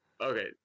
Okay